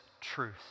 truth